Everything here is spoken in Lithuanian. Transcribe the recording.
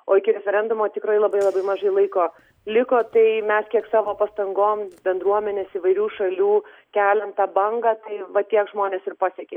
o iki referendumo tikrai labai labai mažai laiko liko tai mes kiek savo pastangom bendruomenės įvairių šalių keliam tą bangą tai va tiek žmones ir pasiekia